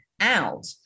out